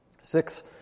Six